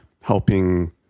helping